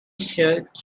shirt